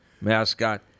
mascot